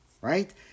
right